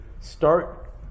start